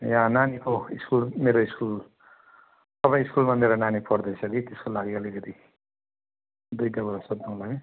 यहाँ नानीको स्कुल मेरो स्कुल तपाईँको स्कुलमा मेरो नानी पढ्दैछ कि त्यसको लागि अलिकति दुईवटा कुरा सोध्नुको लागि